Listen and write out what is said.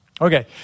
Okay